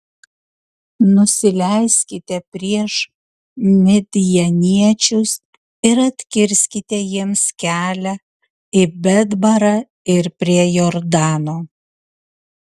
nusileiskite prieš midjaniečius ir atkirskite jiems kelią į betbarą ir prie jordano